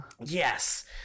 Yes